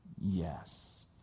Yes